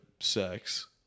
sex